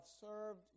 served